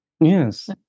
Yes